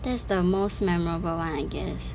this is the most memorable one I guess